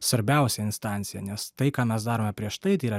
svarbiausia instancija nes tai ką mes darome prieš tai tai yra